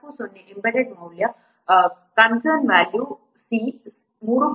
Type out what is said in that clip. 40 embedded ಮೌಲ್ಯ concern value c 3